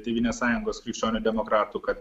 tėvynės sąjungos krikščionių demokratų kad